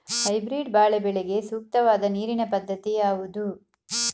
Hybrid ಬಾಳೆ ಬೆಳೆಗೆ ಸೂಕ್ತವಾದ ನೀರಿನ ಪದ್ಧತಿ ಯಾವುದು?